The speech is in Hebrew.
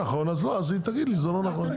אם לא נכון, היא תגיד לי שזה לא נכון.